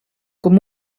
com